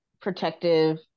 protective